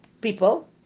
people